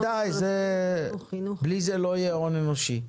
בוודאי, בלי זה לא יהיה הון אנושי.